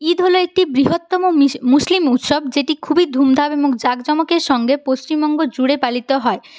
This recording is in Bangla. ঈদ হলো একটি বৃহত্তম মুসলিম উৎসব খুবই ধূমধাম এবং জাঁকজমকের সঙ্গে পশ্চিমবঙ্গ জুড়ে পালিত হয়